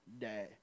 day